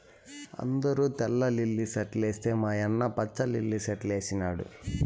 అందరూ తెల్ల లిల్లీ సెట్లేస్తే మా యన్న పచ్చ లిల్లి సెట్లేసినాడు